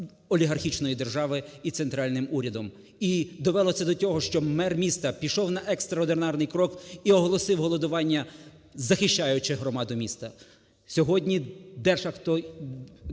олігархічної держави і центральним урядом. І довело це до того, що мер міста пішов на екстраординарний крок і оголосив голодування, захищаючи громаду міста.